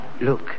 Look